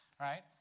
right